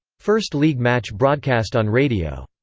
first league match broadcast on radio.